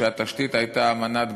והתשתית הייתה אמנת גביזון-מדן,